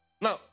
Now